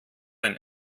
ein